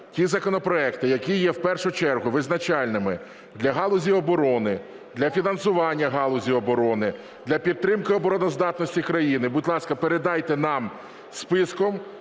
ті законопроекти, які є в першу чергу визначальними для галузі оборони, для фінансування галузі оборони, для підтримки обороноздатності країни, будь ласка, передайте нам списком,